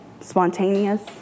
spontaneous